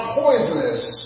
poisonous